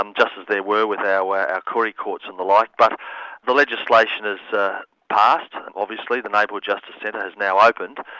um just as there were with our koori courts and the like. but the legislation has passed, obviously the neighbourhood justice centre has now opened,